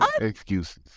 Excuses